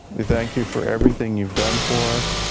we thank you for everything you've done for us,